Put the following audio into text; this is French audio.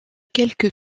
quelques